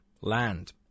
land